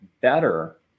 better